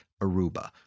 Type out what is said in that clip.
Aruba